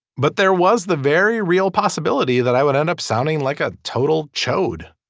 but there was the very real possibility that i would end up sounding like a total chode.